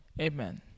Amen